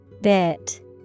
Bit